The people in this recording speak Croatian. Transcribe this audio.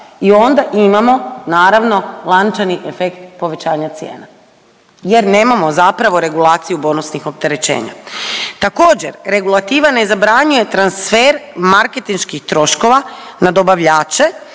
i onda imao naravno lančani efekt povećanja cijena jer nemamo zapravo regulaciju bonusnih opterećenja. Također, regulativa ne zabranjuje transfer marketinških troškova na dobavljače